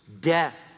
Death